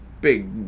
big